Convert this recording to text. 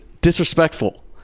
disrespectful